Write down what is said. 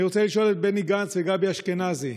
אני רוצה לשאול את בני גנץ וגבי אשכנזי: